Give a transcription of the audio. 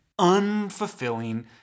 unfulfilling